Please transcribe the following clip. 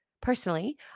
Personally